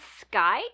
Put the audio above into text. sky